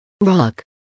Rock